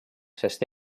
sest